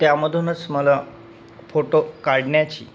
त्यामधूनच मला फोटो काढण्याची